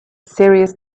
serious